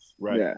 right